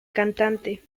cantante